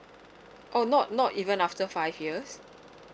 oh not not even after five years